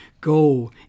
Go